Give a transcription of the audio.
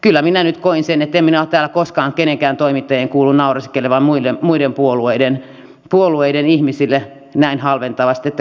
kyllä minä nyt koin niin että en minä ole täällä koskaan kenenkään toimittajien kuullut naureskelevan muiden puolueiden ihmisille näin halventavasti että kyllä se minusta siltä tuntui